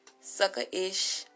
sucker-ish